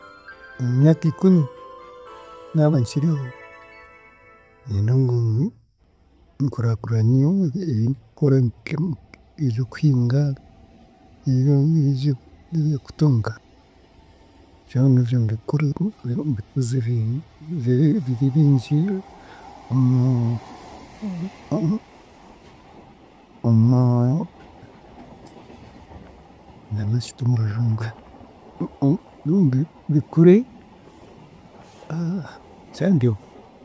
Omu myaka ikumi naaba nkiriho, niinyenda ngu nkuraakuranye ebindikukora nke- nke- eby'okuhinga n'ebyo n'eby'okutunga reero mbikozire bibe bibe bingi omu- omu- omu- nyamba okite omu rujungu bikure, kyandema.